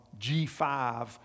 G5